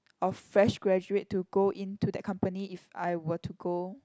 of fresh graduate to go in to that company if I were to go